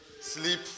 sleep